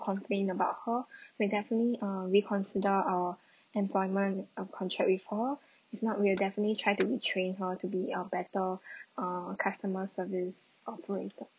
complain about her we'll definitely uh reconsider our employment uh contract with her if not we'll definitely try to training how to be a better uh customer service operator